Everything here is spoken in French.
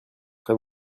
très